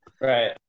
Right